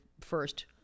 first